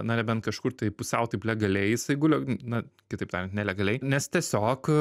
na nebent kažkur tai pusiau taip legaliai jisai guli na kitaip tariant nelegaliai nes tiesiog